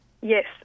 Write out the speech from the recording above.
Yes